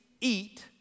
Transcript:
eat